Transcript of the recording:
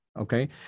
Okay